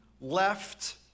left